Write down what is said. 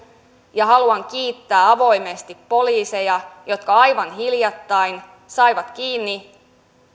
ja haluan kiittää avoimesti poliiseja jotka aivan hiljattain saivat kiinni